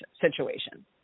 situation